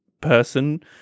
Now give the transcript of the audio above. person